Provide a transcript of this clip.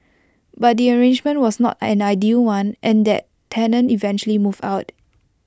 but the arrangement was not an ideal one and that tenant eventually moved out